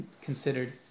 considered